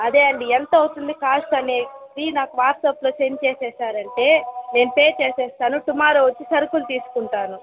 అదే అండి ఎంత అవుంతుంది కాస్ట్ అనేది నాకు వాట్సాప్లో సెండ్ చేసేశారంటే నేను పే చేసేస్తాను టుమారో వచ్చి సరుకులు తీసుకుంటాను